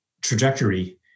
trajectory